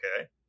Okay